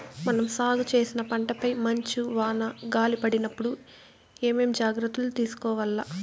మనం సాగు చేసిన పంటపై మంచు, వాన, గాలి పడినప్పుడు ఏమేం జాగ్రత్తలు తీసుకోవల్ల?